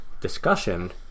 discussion